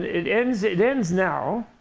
it ends it ends now.